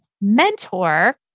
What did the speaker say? mentor